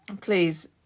Please